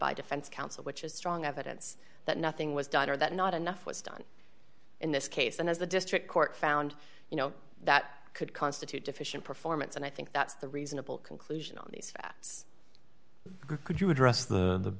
by defense counsel which is strong evidence that nothing was done or that not enough was done in this case and as the district court found you know that could constitute deficient performance and i think that's the reasonable conclusion on these could you address the